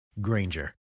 Granger